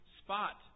spot